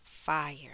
fire